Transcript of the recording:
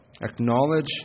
Acknowledge